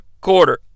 quarter